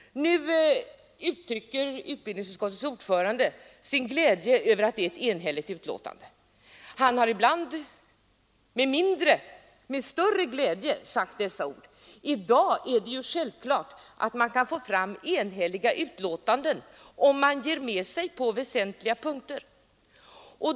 Nu uttrycker utbildningsutskottets ordförande sin glädje över att det är ett enhälligt betänkande. Han har ibland med större glädje uttalat de orden. Visst är det självklart att man kan få fram enhälliga betänkanden om man ger med sig på väsentliga punkter.